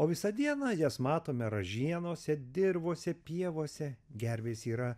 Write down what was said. o visą dieną jas matome ražienose dirvose pievose gervės yra